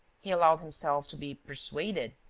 he allowed himself to be persuaded.